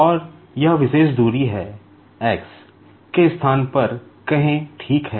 और यह विशेष दूरी है X के स्थान पर कहें ठीक है